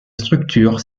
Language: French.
structure